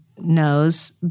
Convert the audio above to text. knows